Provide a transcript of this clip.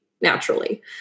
naturally